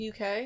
UK